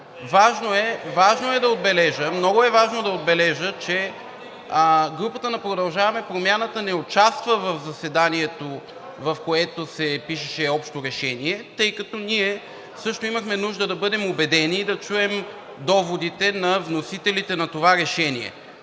Важно е да отбележа, много е важно да отбележа, че групата на „Продължаваме Промяната“ не участва в заседанието, в което се пишеше общо решение, тъй като ние също имахме нужда да бъдем убедени и да чуем доводите на вносителите на това решение.